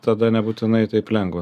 tada nebūtinai taip lengva